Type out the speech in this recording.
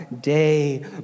day